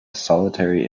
solitary